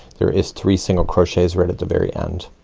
there is three single crochets right at the very end,